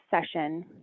session